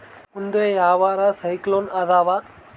ಮುಂದೆ ಯಾವರ ಸೈಕ್ಲೋನ್ ಅದಾವ?